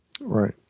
Right